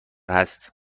هست